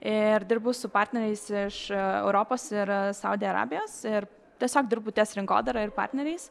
ir dirbu su partneriais iš europos ir saudi arabijos ir tiesiog dirbu ties rinkodara ir partneriais